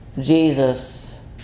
Jesus